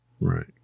Right